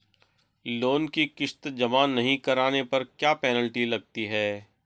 Loan की किश्त जमा नहीं कराने पर क्या पेनल्टी लगती है?